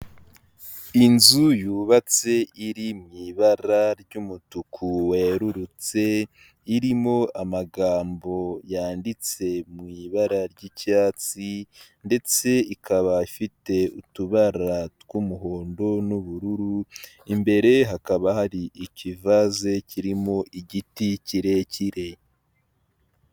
Inzu yubatse iri mu ibara ry'umutuku werurutse; irimo amagambo yanditse mu ibara ry'icyatsi ndetse ikaba ifite utubara tw'umuhondo n'ubururu; imbere hakaba hari ikivase kirimo igiti kirekire.